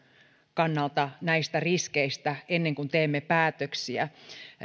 kannalta näitä riskejä ennen kuin teemme päätöksiä